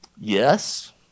Yes